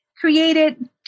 created